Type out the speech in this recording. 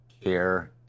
care